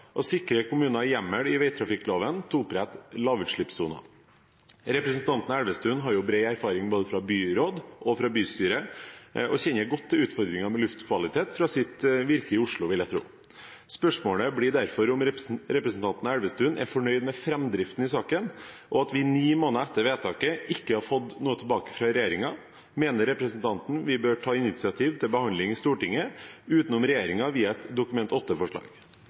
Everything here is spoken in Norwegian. sikre kommuner hjemmel i veitrafikkloven til å opprette lavutslippssoner. Representanten Elvestuen har bred erfaring fra både byråd og bystyre og kjenner godt til utfordringene med luftkvalitet fra sitt virke i Oslo, vil jeg tro. Spørsmålet blir derfor om representanten Elvestuen er fornøyd med framdriften i saken, og at vi ni måneder etter vedtaket ikke har fått noe tilbake fra regjeringen. Mener representanten at vi bør ta initiativ til behandling i Stortinget utenom regjeringen via et Dokument